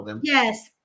yes